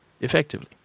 effectively